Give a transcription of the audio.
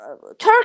Turkey